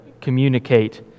communicate